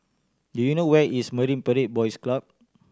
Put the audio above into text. do you know where is Marine Parade Boys Club